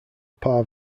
par